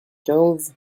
quinze